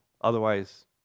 Otherwise